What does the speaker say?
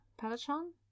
peloton